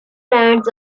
brands